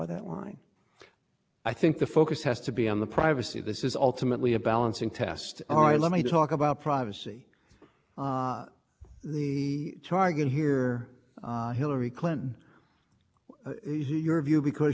line i think the focus has to be on the privacy this is ultimately a balancing test all right let me talk about privacy the target here hillary clinton your view because she